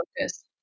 focus